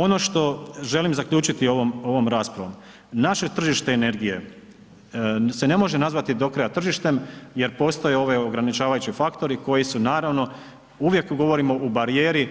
Ono što želim zaključiti ovom raspravom, naše tržište energije, se ne može nazvati do kraja tržištem, jer postoje ove ograničavajući faktori, koji su naravno, uvijek govorimo u barijeri,